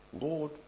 God